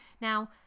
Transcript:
Now